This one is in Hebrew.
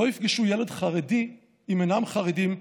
לא יפגשו ילד חרדי אם אינם חרדים,